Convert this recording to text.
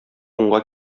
уңга